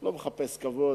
הוא לא מחפש כבוד,